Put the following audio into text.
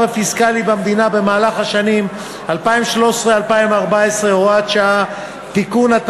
הפיסקלי במדינה במהלך השנים 2013 ו-2014 (הוראת שעה) (תיקון),